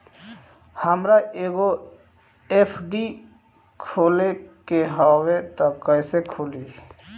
हमरा एगो एफ.डी खोले के हवे त कैसे खुली?